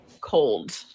cold